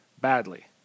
badly